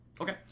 Okay